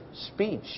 speech